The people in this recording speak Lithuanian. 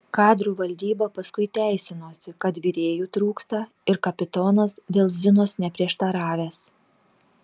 kadrų valdyba paskui teisinosi kad virėjų trūksta ir kapitonas dėl zinos neprieštaravęs